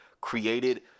created